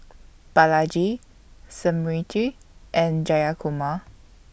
Balaji Smriti and Jayakumar